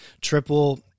triple